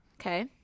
Okay